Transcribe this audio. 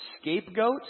scapegoat